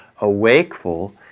awakeful